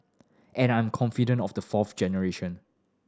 and I'm confident of the fourth generation